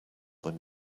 than